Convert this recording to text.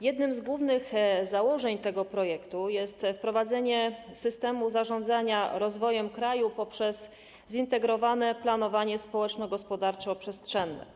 Jednym z głównych założeń tego projektu jest wprowadzenie systemu zarządzania rozwojem kraju poprzez zintegrowane planowanie społeczno-gospodarczo-przestrzenne.